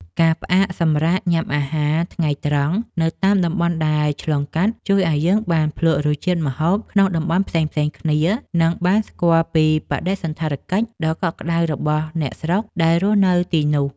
ការផ្អាកសម្រាកញ៉ាំអាហារថ្ងៃត្រង់នៅតាមតំបន់ដែលឆ្លងកាត់ជួយឱ្យយើងបានភ្លក់រសជាតិម្ហូបក្នុងតំបន់ផ្សេងៗគ្នា និង បានស្គាល់ពីបដិសណ្ឋារកិច្ចដ៏កក់ក្ដៅរបស់អ្នកស្រុកដែលរស់នៅទីនោះ។